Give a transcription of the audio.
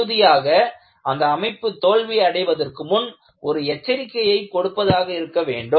இறுதியாக அந்த அமைப்பு தோல்வி அடைவதற்கு முன் ஒரு எச்சரிக்கையை கொடுப்பதாக இருக்க வேண்டும்